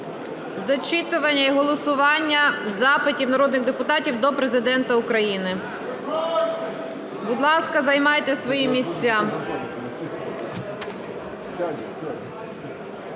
зачитування і голосування запитів народних депутатів до Президента України? Будь ласка, займайте свої місця.